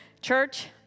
Church